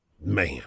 Man